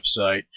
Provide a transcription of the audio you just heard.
website